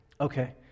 Okay